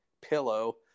pillow